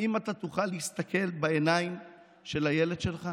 האם אתה תוכל להסתכל בעיניים של הילד שלך